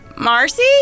Marcy